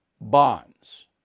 bonds